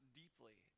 deeply